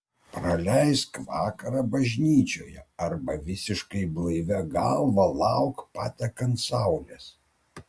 praleisk vakarą bažnyčioje arba visiškai blaivia galva lauk patekant saulės